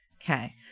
Okay